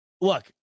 look